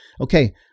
Okay